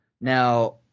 Now